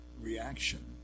reaction